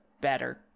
better